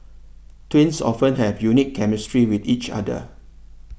twins often have a unique chemistry with each other